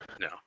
No